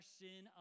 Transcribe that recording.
sin